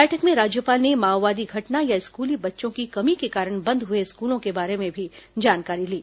बैठक मं राज्यपाल ने माओवादी घटना या स्कूली बच्चों की कमी के कारण बंद हुए स्कूलों के बारे में भी जानकारी ली